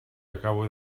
acabo